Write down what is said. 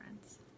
friends